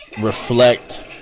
Reflect